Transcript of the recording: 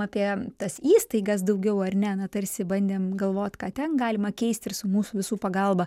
apie tas įstaigas daugiau ar ne na tarsi bandėm galvot ką ten galima keisti ir su mūsų visų pagalba